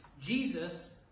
Jesus